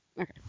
Okay